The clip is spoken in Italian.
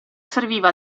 serviva